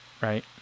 right